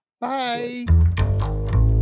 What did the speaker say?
Bye